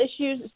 issues